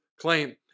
claim